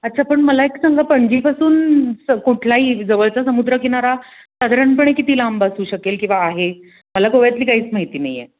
अच्छा पण मला एक सांगा पणजीपासून स कुठलाही जवळचा समुद्रकिनारा साधारणपणे किती लांब असू शकेल किंवा आहे मला गोव्यातली काहीच माहिती नाही आहे